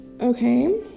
okay